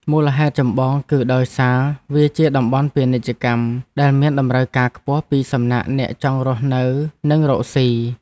មូលហេតុចម្បងគឺដោយសារវាជាតំបន់ពាណិជ្ជកម្មដែលមានតម្រូវការខ្ពស់ពីសំណាក់អ្នកចង់រស់នៅនិងរកស៊ី។